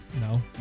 no